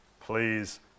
please